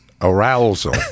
arousal